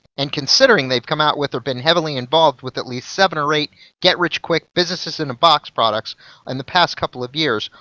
and considering they've come out with or been heavily involved with at least seven or eight get rich quick, businesses in a box products in and the past couple of years,